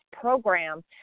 program